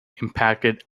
impacted